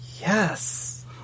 Yes